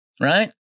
Right